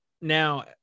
now